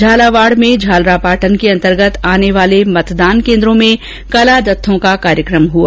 झालावाड़ में झालरापाटन के अंतर्गत आने वाले मतदान केन्द्रों में कला जत्थे का कार्यक्रम हुआ